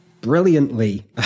brilliantly